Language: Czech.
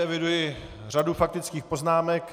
Eviduji řadu faktických poznámek.